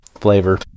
flavor